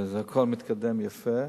והכול מתקדם יפה.